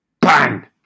bang